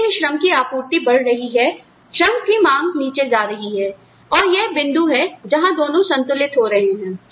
जैसे ही श्रम की आपूर्ति बढ़ रही है श्रम की मांग नीचे जा रही है और यह बिंदु है जहां दोनों संतुलित हो रहे हैं